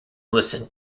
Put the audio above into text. listen